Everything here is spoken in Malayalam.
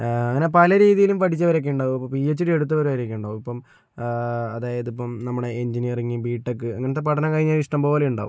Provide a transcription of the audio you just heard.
അങ്ങനെ പല രീതിയിലും പഠിച്ചവരൊക്കെ ഉണ്ടാവും ഇപ്പം പി എച്ച് ഡി എടുത്തവർ വരെയൊക്കെ ഉണ്ടാവും ഇപ്പം അതായത് ഇപ്പം നമ്മളെ എഞ്ചിനീയറിംഗ് ബിടെക്ക് അങ്ങനത്തെ പഠനം കഴിഞ്ഞവർ ഇഷ്ടംപോലെ ഉണ്ടാവും